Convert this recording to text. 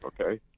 okay